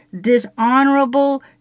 dishonorable